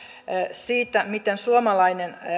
siitä miten suomalainen